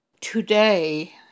Today